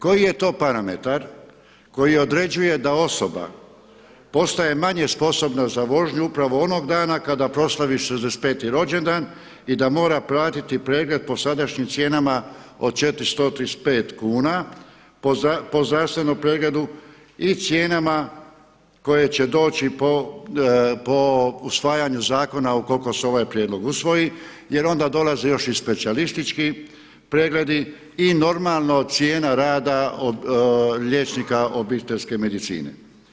Koji je to parametar koji određuje da osoba postaje manje sposobna za vožnju upravo onog dana kad proslavi 65 rođendan i da mora platiti pregled po sadašnjim cijenama od 435 kuna po zdravstvenom pregledu i cijenama koje će doći po usvajanju zakona ukoliko se ovaj prijedlog usvoji jer onda dolaze još i specijalistički pregledi i normalno cijena rada liječnika obiteljske medicine.